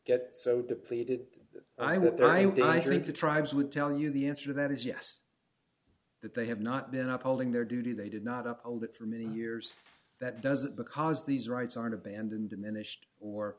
then i think the tribes would tell you the answer that is yes that they have not been up holding their duty they did not up hold it for many years that doesn't because these rights aren't abandoned diminished or